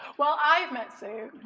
well, i've met sue?